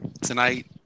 Tonight